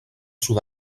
sud